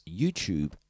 YouTube